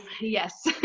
Yes